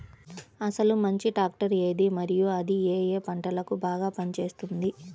అసలు మంచి ట్రాక్టర్ ఏది మరియు అది ఏ ఏ పంటలకు బాగా పని చేస్తుంది?